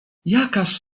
jakaż